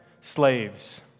slaves